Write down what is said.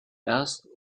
asked